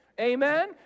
amen